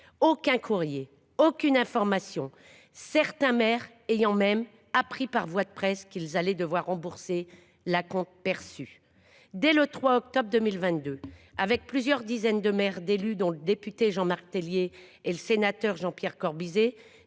aucun courrier, aucune information, certains maires ayant même appris par voie de presse qu’ils allaient devoir rembourser l’acompte perçu. Dès le 3 octobre 2022, avec plusieurs dizaines de maires, d’élus, dont le député Jean Marc Tellier et le sénateur Jean Pierre Corbisez,